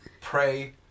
pray